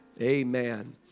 amen